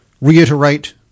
Reiterate